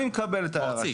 אני מקבל את ההערה שלו.